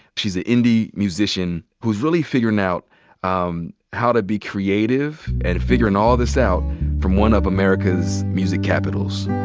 she's a indy musician who's really figurin' out um how to be creative. and figurin' all this out from one of america's music capitals.